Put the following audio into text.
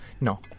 No